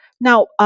Now